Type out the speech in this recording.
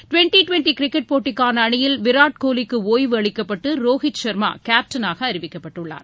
twenty twenty cricket போட்டிக்கான அணியில் விராட் கோஹ்லிக்கு ஒய்வு அளிக்கப்பட்டு ரோஹித் சர்மா கேப்டனாக அறிவிக்கப்பட்டுள்ளார்